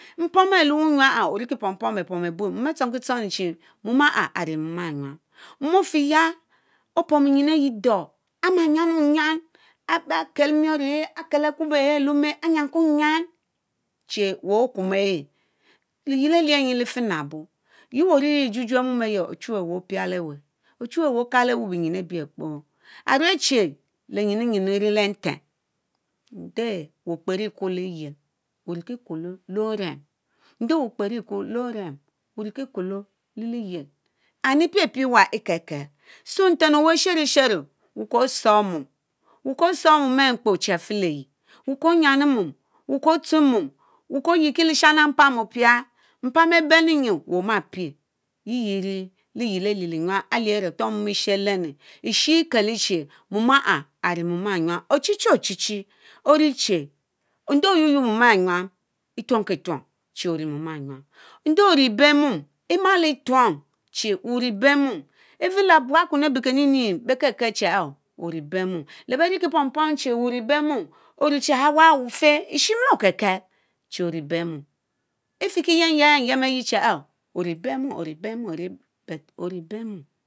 Mpomu aré le wunyu áhh oriki pompom bepom ebue mom ntchongki tchoni chéé mom ahh ahh ari mom chhenyam. Mom ofe yá opomu nyin áyi dor ama nyáno nyáni Akiel miorr Ɛhhe a'kel Akubo ahhe aréh lẽ omé, a nyanko nyan cheé wé o'kum ehh liyiel alieh enyie lifie nábo yehh wéy oriri Ɛ'jujuemom eyeh ochuweh wéh opiae weeh, ochuwe wéy okalewéy binyin Ɛbiekpo, ahruechi lé nyinu le nyinu Ɛri le nten; nde wey okperie'kwo le liyiel; oriki kuloo ló orémm, njie okpero ekwo le oremm oriki kuelo lé liyiel, and epiepie ewa Ɛ'kekel so nten owéy áhh sherishero wéy ko tsorr mom, wéy ko tsorr mom ehh kpo chi afeleye wey ko nyani mom, wéy ko tsue mom, wéy ko yikie lishani mpam opia; mpam beh benni nyin oma pie yiyie irie liyiel alie li nyan alie aretor mom Ɛshieh alenne, eshey Ɛkeleché mom ahh arẽe mom ehh nyiam. Ochichi ochichi oriche ndee oynorr yuorr mom ehh nyam etuonki tuong chi ori mom ehh enyam.,, Njie ori Ɛbémom emalo tuon chi wéy ori ebémom even lé buakwen abeeh kenuni beh kelkel chi wéy ori E'bemom; lé beriki pom pom chi wéy ori Ɛbemom orue che ahh wahh weh ofeh; Esháy emilo kelkel chi orie ebemom. Ifiki-yem yem yem eyi chi eeh ehh ori bemom oribemon but ori ebemom.,